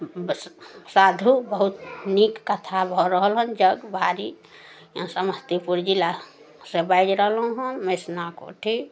बस साधू बहुत नीक कथा भऽ रहल हन जग भारी इहाँ समस्तीपुर जिला सऽ बाजि रहलहुॅं हन मैहसिना कोठी